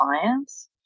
clients